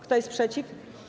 Kto jest przeciw?